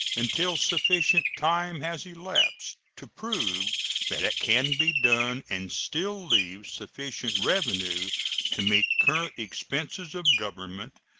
until sufficient time has elapsed to prove that it can be done and still leave sufficient revenue to meet current expenses of government,